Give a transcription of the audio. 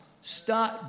Start